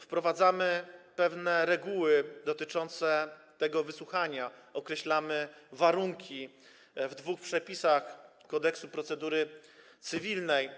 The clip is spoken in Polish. Wprowadzamy pewne reguły dotyczące tego wysłuchania, określamy jego warunki w dwóch przepisach kodeksu procedury cywilnej.